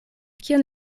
kion